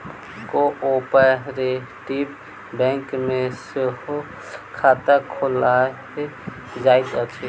cooperative bank मे सेहो खाता खोलायल जाइत अछि